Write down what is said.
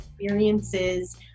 experiences